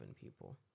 people